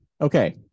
okay